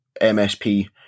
msp